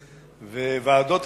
וועדות,